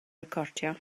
recordio